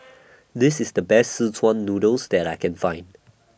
This IS The Best Szechuan Noodles that I Can Find